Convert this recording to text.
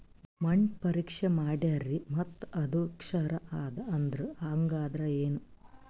ಮಣ್ಣ ಪರೀಕ್ಷಾ ಮಾಡ್ಯಾರ್ರಿ ಮತ್ತ ಅದು ಕ್ಷಾರ ಅದ ಅಂದ್ರು, ಹಂಗದ್ರ ಏನು?